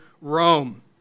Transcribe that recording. Rome